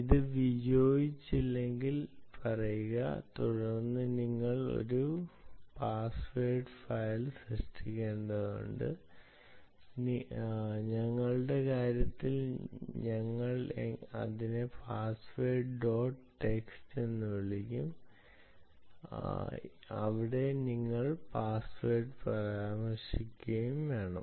അത് വിജയിച്ചില്ലെങ്കിൽ പറയുക തുടർന്ന് നമ്മൾ ഒരു പാസ്വേഡ് ഫയൽ സൃഷ്ടിക്കേണ്ടതുണ്ട് ഞങ്ങളുടെ കാര്യത്തിൽ ഞങ്ങൾ അതിനെ പാസ്വേഡ് ഡോട്ട് ടെക്സ്റ്റ് എന്ന് വിളിക്കുകയും അവിടെ നിങ്ങൾ പാസ്വേഡ് പരാമർശിക്കുകയും വേണം